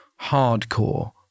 hardcore